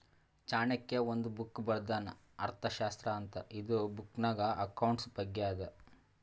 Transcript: ಚಾಣಕ್ಯ ಒಂದ್ ಬುಕ್ ಬರ್ದಾನ್ ಅರ್ಥಶಾಸ್ತ್ರ ಅಂತ್ ಇದು ಬುಕ್ನಾಗ್ ಅಕೌಂಟ್ಸ್ ಬಗ್ಗೆ ಅದಾ